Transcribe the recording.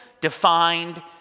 defined